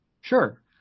Sure